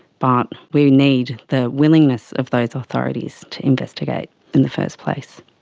but we need the willingness of those authorities to investigate in the first place.